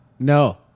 No